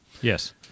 Yes